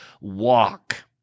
walk